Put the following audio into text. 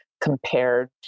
compared